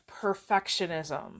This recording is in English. perfectionism